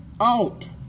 Out